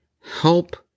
Help